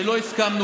שלא הסכמנו,